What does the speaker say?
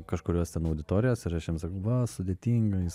kažkurios ten auditorijos ir aš jam sakau va sudėtinga jis